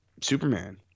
Superman